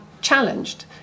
challenged